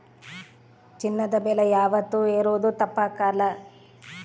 ಚಿನ್ನದ ಬೆಲೆ ಯಾವಾತ್ತೂ ಏರೋದು ತಪ್ಪಕಲ್ಲ